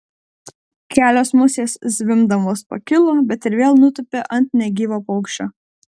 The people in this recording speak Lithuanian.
kelios musės zvimbdamos pakilo bet ir vėl nutūpė ant negyvo paukščio